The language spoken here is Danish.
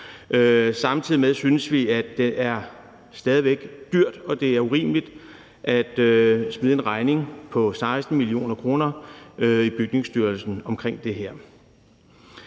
Samtidig synes vi også, det er dyrt, og det er urimeligt at smide en regning på 16 mio. kr. i Bygningsstyrelsen for det her.